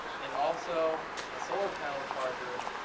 and also a solar panel charger,